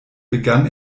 begann